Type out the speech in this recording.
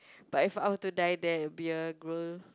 but if I were to die there it will be a gr~